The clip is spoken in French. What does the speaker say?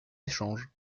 échanges